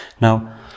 Now